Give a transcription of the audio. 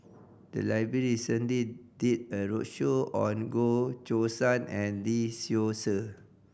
the library recently did a roadshow on Goh Choo San and Lee Seow Ser